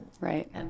Right